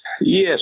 Yes